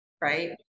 right